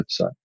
website